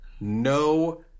no